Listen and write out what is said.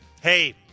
Hey